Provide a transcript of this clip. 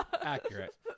Accurate